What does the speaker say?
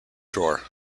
drawer